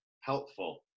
helpful